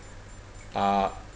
uh